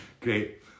Great